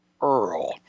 Earl